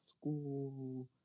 school